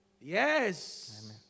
Yes